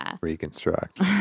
Reconstruct